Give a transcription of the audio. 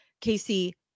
Casey